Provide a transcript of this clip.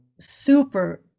super